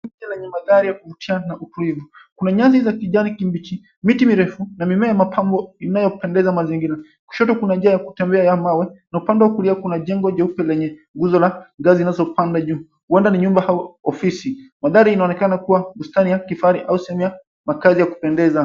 Lenye mandhari ya kuvutia na utulivu. Kuna nyasi za kijani kibichi, miti mirefu na mimea ya mapambo inayopendeza mazingira. Kushoto kuna njia ya kutembea ya mawe na upande wa kulia kuna jengo jeupe lenye nguzo la ngazi zinazopanda juu. Huenda ni nyumba au ofisi. Mandhari inaonekana kuwa bustani ya kifahari au sehemu ya makazi ya kupendeza.